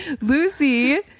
Lucy